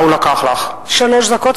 הוא לקח לך דקה.